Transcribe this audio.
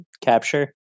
Capture